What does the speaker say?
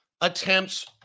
attempts